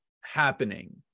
happening